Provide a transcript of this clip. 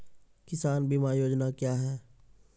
किसान बीमा योजना क्या हैं?